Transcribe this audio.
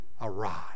arrive